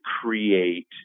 create